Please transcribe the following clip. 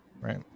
right